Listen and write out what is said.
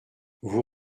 vous